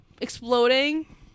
exploding